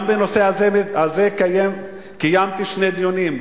גם בנושא הזה קיימתי שני דיונים,